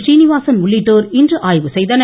சீனிவாசன் உள்ளிட்டோர் இன்று ஆய்வு செய்தனர்